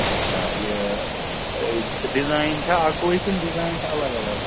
اَچھا یہِ ڈِزایِن چھا اکُے کِنہٕ ڈِزایِن چھِ الگ الگ